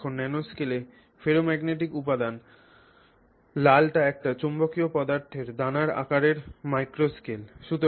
এটি এখন nanoscale ferromagnetic উপাদান লালটি একটি চৌম্বকীয় পদার্থের দানার আকারের ম্যাক্রো স্কেল